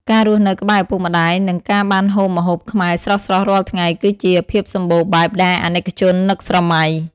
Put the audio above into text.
ការរស់នៅក្បែរឪពុកម្តាយ និងការបានហូបម្ហូបខ្មែរស្រស់ៗរាល់ថ្ងៃ គឺជា "ភាពសំបូរបែប" ដែលអាណិកជននឹកស្រមៃ។